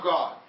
God